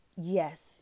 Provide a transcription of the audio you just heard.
yes